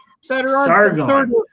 Sargon